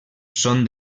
són